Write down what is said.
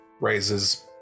Raises